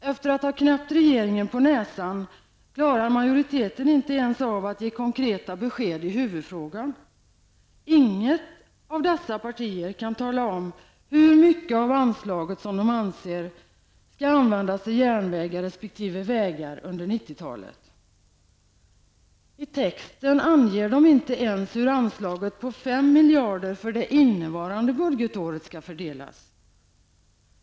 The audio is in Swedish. Efter att ha knäppt regeringen på näsan, klarar majoriteten inte ens av att ge konkreta besked i huvudfrågan. Inget av dessa partier kan tala om hur mycket av anslaget som de anser skall användas till järnvägar resp. vägar under 90-talet. I texten anger de inte ens hur anslaget på 5 miljarder för det innevarande budgetåret skall fördelas.